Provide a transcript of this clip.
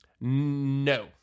No